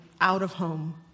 out-of-home